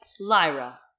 Lyra